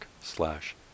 slash